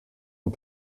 und